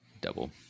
Double